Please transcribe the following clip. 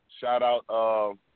Shout-out